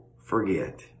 forget